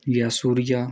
Jayasuriya